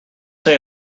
say